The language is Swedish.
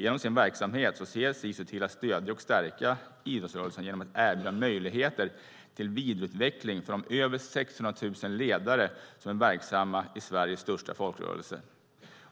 Genom sin verksamhet ser Sisu till att stödja och stärka idrottsrörelsen genom att erbjuda möjligheter till vidareutveckling för de över 600 000 ledare som är verksamma i Sveriges största folkrörelse.